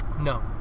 No